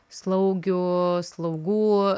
slaugių slaugų